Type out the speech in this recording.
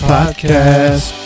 Podcast